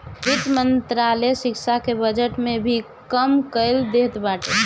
वित्त मंत्रालय शिक्षा के बजट भी कम कई देहले बाटे